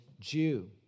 Jew